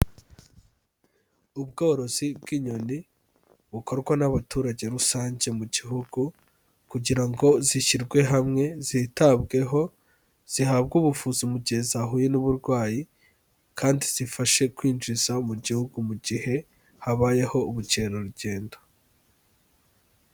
Ubworozi bw'inyoni bukorwa n'abaturage rusange mu gihugu kugira ngo zishyirwe hamwe zitabweho, zihabwe ubuvuzi mu gihe zahuye n'uburwayi kandi zifashe kwinjiza mu gihugu mu gihe habayeho ubukerarugendo.